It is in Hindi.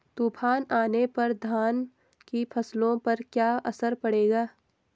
तूफान आने पर धान की फसलों पर क्या असर पड़ेगा?